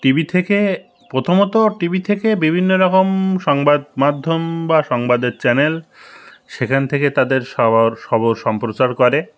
TV থেকে প্রথমত TV থেকে বিভিন্ন রকম সংবাদ মাধ্যম বা সংবাদের চ্যানেল সেখান থেকে তাদের সবার খবর সম্প্রচার করে